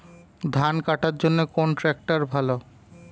ধান কাটার জন্য কোন ট্রাক্টর ভালো?